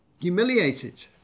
humiliated